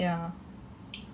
mm